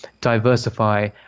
diversify